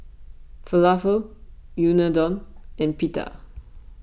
Falafel Unadon and Pita